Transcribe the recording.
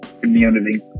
community